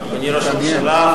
אדוני ראש הממשלה,